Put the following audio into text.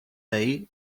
day